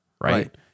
Right